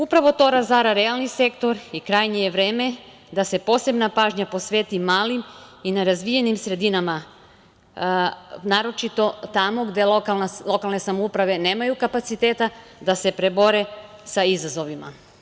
Upravo to razara realni sektor i krajnje je vreme da se posebna pažnja posveti malim i nerazvijenim sredinama, naročito tamo gde lokalne samouprave nemaju kapaciteta da se izbore sa izazovima.